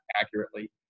accurately